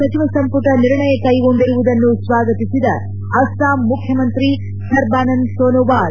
ಸಚಿವ ಸಂಪುಟ ನಿರ್ಣಯ ಕೈಗೊಂಡಿರುವುದನ್ನು ಸ್ವಾಗತಿಸಿದ ಅಸ್ಪಾಂ ಮುಖ್ಯಮಂತ್ರಿ ಸರ್ಬಾನಂದ್ ಸೋನೊವಾಲ್